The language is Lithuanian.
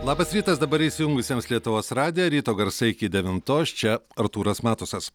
labas rytas dabar įsijungusiems lietuvos radiją ryto garsai iki devintos čia artūras matusas